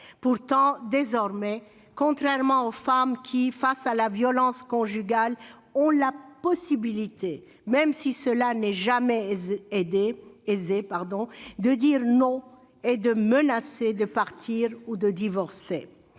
correction marital. Contrairement aux femmes qui, face à la violence conjugale, ont désormais la possibilité, même si cela n'est jamais aisé, de dire « non » et de menacer de partir ou de divorcer,